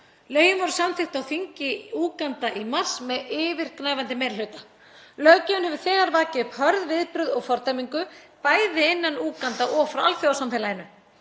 Lögin voru samþykkt á þingi Úganda í mars með yfirgnæfandi meiri hluta. Löggjöfin hefur þegar vakið upp hörð viðbrögð og fordæmingu, bæði innan Úganda og frá alþjóðasamfélaginu.